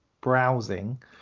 browsing